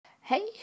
Hey